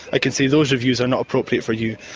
i can say those reviews are not appropriate for you.